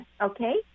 okay